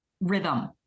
rhythm